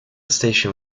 station